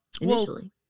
initially